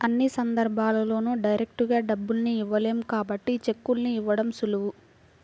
అన్ని సందర్భాల్లోనూ డైరెక్టుగా డబ్బుల్ని ఇవ్వలేం కాబట్టి చెక్కుల్ని ఇవ్వడం సులువు